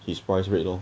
his price rate lor